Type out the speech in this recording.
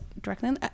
directly